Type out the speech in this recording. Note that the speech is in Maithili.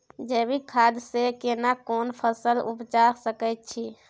जैविक खाद से केना कोन फसल उपजा सकै छि?